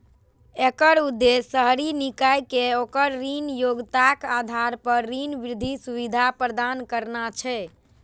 एकर उद्देश्य शहरी निकाय कें ओकर ऋण योग्यताक आधार पर ऋण वृद्धि सुविधा प्रदान करना छै